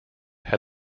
had